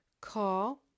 call